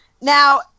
Now